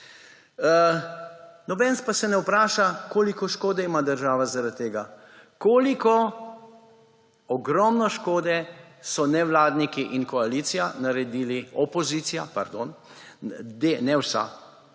Nobeden pa se ne vpraša, koliko škode ima država zaradi tega. Koliko ogromne škode so nevladniki in koalicija naredili – opozicija, pardon, ne vsa,